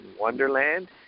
Wonderland